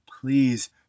please